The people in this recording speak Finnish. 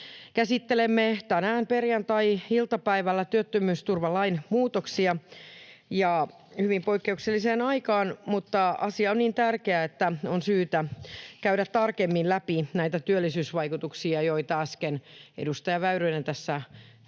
Käsittelemme tänään perjantai-iltapäivällä työttömyysturvalain muutoksia ja hyvin poikkeukselliseen aikaan, mutta asia on niin tärkeä, että on syytä käydä tarkemmin läpi näitä työllisyysvaikutuksia, joita äsken edustaja Väyrynen tässä tosi